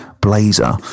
blazer